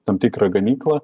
tam tikrą ganyklą